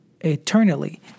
eternally